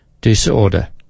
Disorder